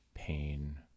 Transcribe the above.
Pain